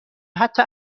حتا